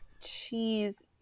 cheese